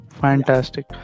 Fantastic